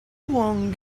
one